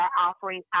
offering